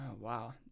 wow